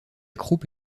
croupe